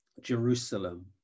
Jerusalem